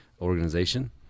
organization